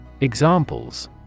Examples